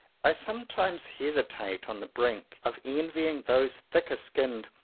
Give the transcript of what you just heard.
i sometimes hesitate on the brink of envying those thicker-skinned,